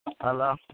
Hello